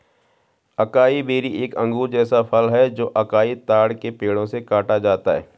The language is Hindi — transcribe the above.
अकाई बेरी एक अंगूर जैसा फल है जो अकाई ताड़ के पेड़ों से काटा जाता है